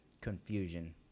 confusion